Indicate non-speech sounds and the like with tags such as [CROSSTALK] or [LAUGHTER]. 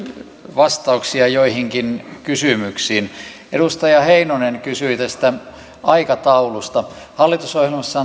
vastauksia joihinkin kysymyksiin edustaja heinonen kysyi tästä aikataulusta hallitusohjelmassa [UNINTELLIGIBLE]